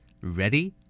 Ready